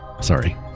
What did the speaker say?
sorry